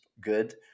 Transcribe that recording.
good